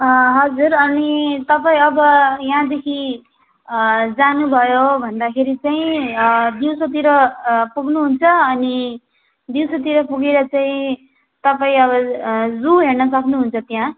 हजुर अनि तपाईँ अब यहाँदेखि जानुभयो भन्दाखेरि चाहिँ दिउँसोतिर पुग्नुहुन्छ अनि दिउँसोतिर पुगेर चाहिँ तपाईँ अब जू हेर्नु सक्नुहुन्छ त्यहाँ